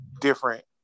different